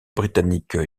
britannique